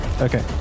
Okay